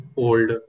old